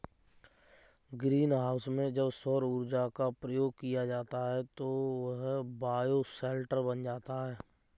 green house में जब सौर ऊर्जा का प्रयोग किया जाता है तो वह बायोशेल्टर बन जाता है